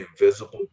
invisible